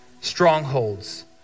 strongholds